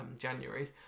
January